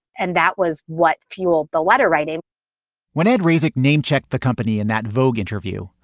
and that was what fueled the letter writing when ed rasekh name checked the company and that vogue interview,